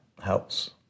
helps